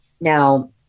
Now